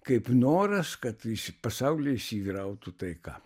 kaip noras kad pasaulyje įsivyrautų taika